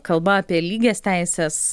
kalba apie lygias teises